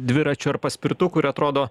dviračių ar paspirtukų ir atrodo